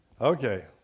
Okay